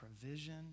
provision